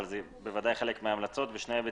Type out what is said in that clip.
אבל זה בוודאי חלק מההמלצות בשני ההיבטים.